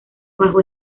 bajo